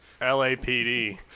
LAPD